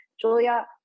Julia